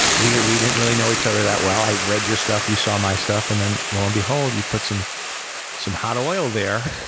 we we didn't really know each other that well. i'd read your stuff, you saw my stuff, and then lo and behold, you put some some hot oil there,